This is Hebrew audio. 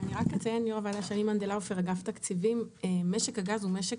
אני אציין יושב ראש הוועדה שמשק הגז הוא משק